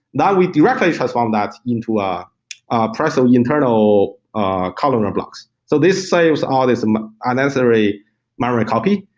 that we directly transform that into ah a personal yeah internal ah columnar blocks. so this saves all this um unnecessary memory copy.